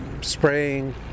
spraying